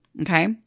Okay